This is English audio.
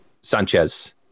Sanchez